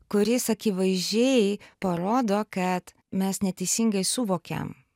kuris akivaizdžiai parodo kad mes neteisingai suvokiam